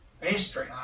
history